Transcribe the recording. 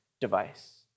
device